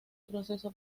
proceso